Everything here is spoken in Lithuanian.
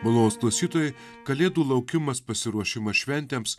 malonūs klausytojai kalėdų laukimas pasiruošimas šventėms